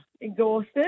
exhausted